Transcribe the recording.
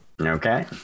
Okay